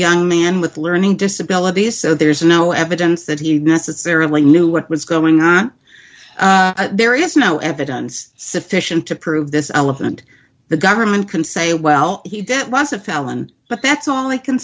young man with learning disabilities so there's no evidence that he necessarily knew what was going on there is no evidence sufficient to prove this elephant the government can say well he did it was a felon but that's all i can